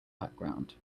background